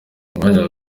umwanya